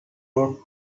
road